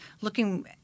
looking